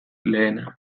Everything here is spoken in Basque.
lehena